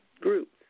groups